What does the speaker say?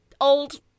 old